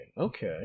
Okay